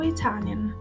Italian